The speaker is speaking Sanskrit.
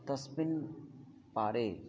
तस्मिन् पारे